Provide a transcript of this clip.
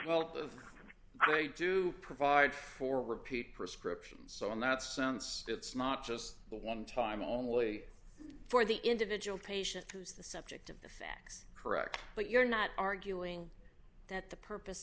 them i do provide for repeat prescriptions so in that sense it's not just a one time only for the individual patient who's the subject of the facts correct but you're not arguing that the purpose